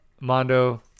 Mondo